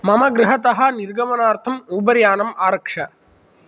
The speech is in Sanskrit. मम गृहतः निर्गमनार्थम् उबेर् यानम् आरक्ष